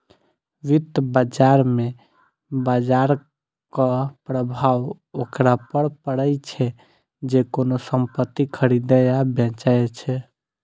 वित्त बाजार मे बाजरक प्रभाव ओकरा पर पड़ै छै, जे कोनो संपत्ति खरीदै या बेचै छै